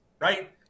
right